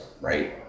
right